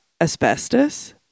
asbestos